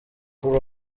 kuri